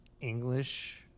English